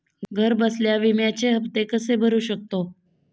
घरबसल्या विम्याचे हफ्ते कसे भरू शकतो?